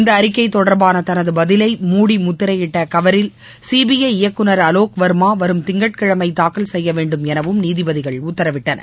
இந்தஅறிக்கைதொடர்பானதனதுபதிலை மூடி முத்திரையிட்டகவரில் சிபிஐ இயக்குனர் அலோக் வர்மாவரும் திங்கட்கிழமைதாக்கல் செய்யவேண்டும் எனவும் நீதிபதிகள் உத்தரவிட்டனர்